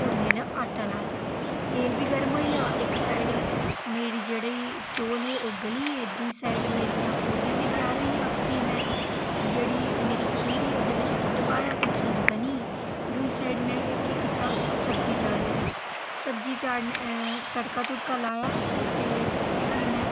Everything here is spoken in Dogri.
पूड़ियें दा आटा लाया तेल बी गर्म होई गेआ इक साइड मेरे जेह्ड़े चौल हे ओह् गली गे दुई साइड मेरियां पूड़ियां बी त्यार होई गेइयां फ्ही में जेह्ड़ी मेरी खीर ही ओह्दे च दुद्ध पाया ते खीर बनी दुई साइड में केह् कीता सब्जी चाढ़ी ओड़ी सब्जी चाढ़ने तड़का तुड़का लाया ते एह् फ्ही में